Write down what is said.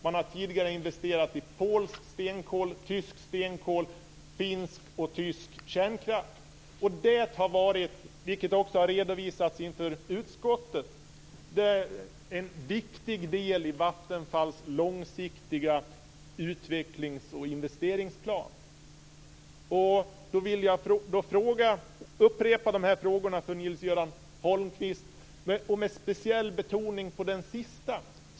Man har tidigare investerat i polsk och tysk stenkol samt finsk och tysk kärnkraft. Det har varit - vilket också har redovisats inför utskottet - en viktig del i Jag vill upprepa mina tre frågor till Nils-Göran Holmqvist med speciell betoning på den sista.